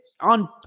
on